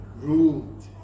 ruled